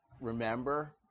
Remember